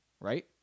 right